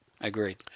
Agreed